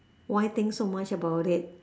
why think so much about it